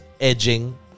edging